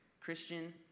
Christian